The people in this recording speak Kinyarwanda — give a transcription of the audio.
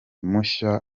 mushya